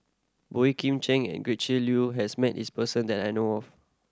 Boey Kim Cheng and Gretchen Liu has met this person that I know of